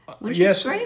Yes